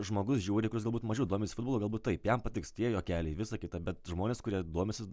žmogus žiūri kuris galbūt mažiau domisi futbolu galbūt taip jam patiks tie juokeliai visa kita bet žmonės kurie domisi